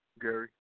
Gary